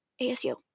ASU